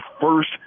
first